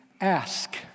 Ask